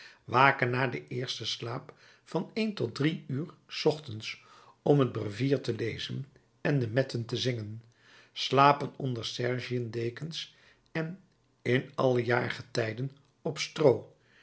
waken na den eersten slaap van één tot drie uur s ochtends om het brevier te lezen en de metten te zingen slapen onder sergiën dekens en in alle jaargetijden op stroo